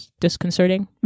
disconcerting